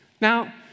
Now